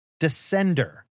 Descender